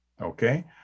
okay